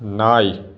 நாய்